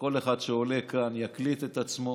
שכל אחד שעולה כאן יקליט את עצמו